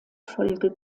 folge